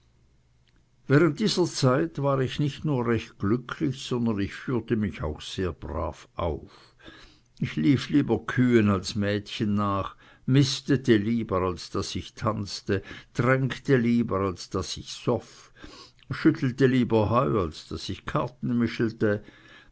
während dieser zeit war ich nicht nur recht glücklich sondern ich führte mich auch sehr brav auf ich lief lieber kühen als mädchen nach mistete lieber als daß ich tanzte tränkte lieber als daß ich soff schüttelte lieber heu als daß ich karten mischelte